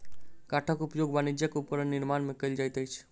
काठक उपयोग वाणिज्यक उपकरण निर्माण में कयल जाइत अछि